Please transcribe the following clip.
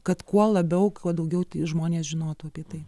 kad kuo labiau kuo daugiau žmonės žinotų apie tai